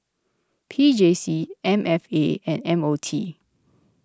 P J C M F A and M O T